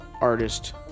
artist